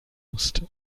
musste